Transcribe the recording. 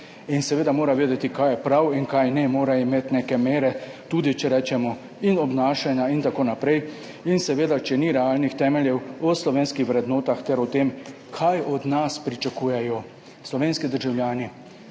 in seveda mora vedeti, kaj je prav in kaj ne, mora imeti tudi neke mere, če rečemo, in obnašanja in tako naprej, in seveda, če ni realnih temeljev, o slovenskih vrednotah ter o tem, kaj od nas pričakujejo slovenski državljani,